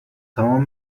تمامی